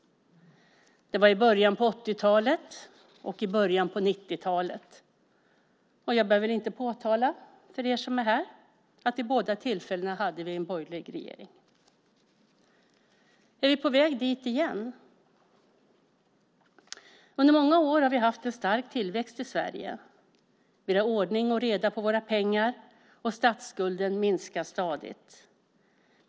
Det var i början av 80-talet och i början av 90-talet. Jag behöver inte påtala för er som är här att vi vid båda dessa tillfällen hade en borgerlig regering. Är vi på väg dit igen? Under många år har vi haft en stark tillväxt i Sverige. Vi har ordning och reda på våra pengar och statsskulden minskar stadigt.